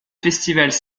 festivals